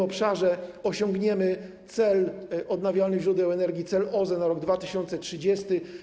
Osiągniemy cel odnawialnych źródeł energii, cel OZE na rok 2030.